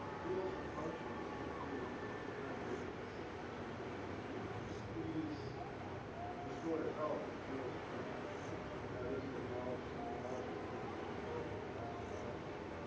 feels and functions seem pretty unambiguous and i think you could squeeze restore to health and feels and functions and that is an acknowledged terminology within the fda that has an advantage there.